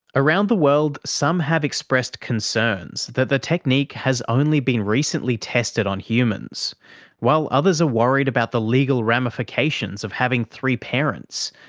around the world, some have expressed concerns that the technique has only been recently tested on humans while others are worried about the legal ramifications of having three parents,